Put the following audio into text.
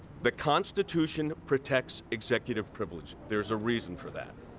the constitution protects executive privilege. there is a reason for that.